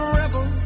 rebel